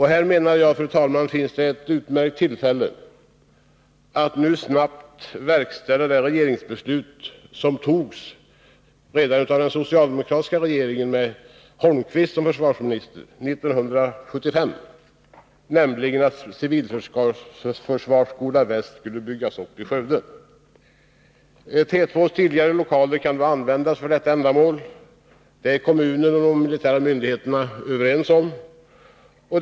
Här finns nu, fru talman, ett utmärkt tillfälle att snabbt verkställa det regeringsbeslut som fattades redan av den socialdemokratiska regeringen, med Eric Holmqvist som försvarsminister, 1975 och som innebar att Civilförsvarsskola Väst skall byggas ut i Skövde. T 2:s tidigare lokaler kan då användas för detta ändamål, och det är kommunen och de militära myndigheterna överens om.